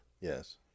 Yes